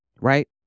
right